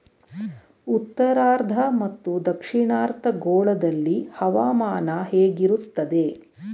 ಉತ್ತರಾರ್ಧ ಮತ್ತು ದಕ್ಷಿಣಾರ್ಧ ಗೋಳದಲ್ಲಿ ಹವಾಮಾನ ಹೇಗಿರುತ್ತದೆ?